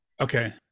Okay